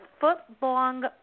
foot-long